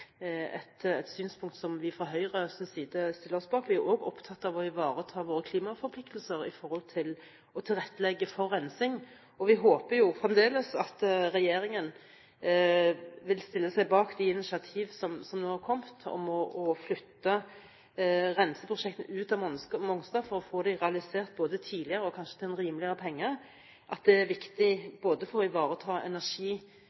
et synspunkt som vi fra Høyres side stiller oss bak. Vi er også opptatt av å ivareta våre klimaforpliktelser med tanke på å tilrettelegge for rensing. Vi håper fremdeles at regjeringen vil stille seg bak de initiativ som nå har kommet, om å flytte renseprosjektet ut av Mongstad for å få det realisert tidligere og kanskje til en rimeligere penge. Det er viktig,